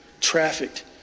trafficked